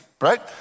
right